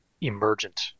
emergent